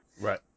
Right